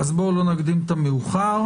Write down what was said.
בואו לא נקדים את המאוחר.